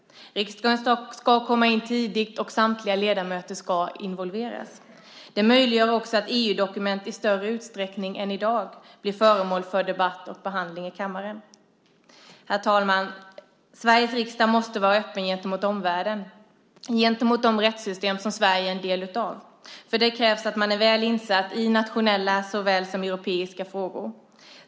Riksdagen ska komma in tidigt, och samtliga ledamöter ska involveras. Det möjliggör också att EU-dokument i större utsträckning än i dag blir föremål för debatt och behandling i kammaren. Herr talman! Sveriges riksdag måste vara öppen gentemot omvärlden, gentemot de rättssystem som Sverige är en del av. För det krävs att man är väl insatt i såväl nationella som europeiska frågor.